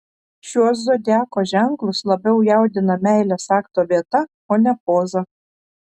šiuos zodiako ženklus labiau jaudina meilės akto vieta o ne poza